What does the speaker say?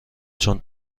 چون